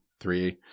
three